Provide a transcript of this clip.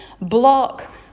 block